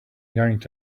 yanked